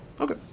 Okay